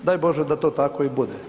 Daj Bože da to tako i bude.